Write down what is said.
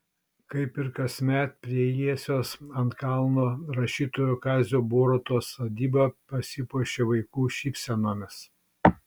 kaip ir kasmet prie jiesios ant kalno rašytojo kazio borutos sodyba pasipuošė vaikų šypsenomis